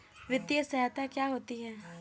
वित्तीय सहायता क्या होती है?